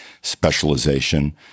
specialization